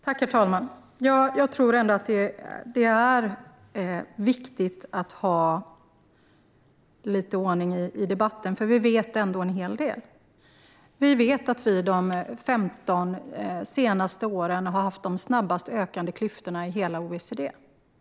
Herr talman! Jag tror att det är viktigt att ha lite ordning i debatten, för vi vet ändå en hel del. Vi vet att vi de 15 senaste åren har haft de snabbast ökande klyftorna i hela OECD.